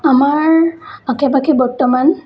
আমাৰ আশে পাশে বৰ্তমান